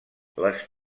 les